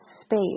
space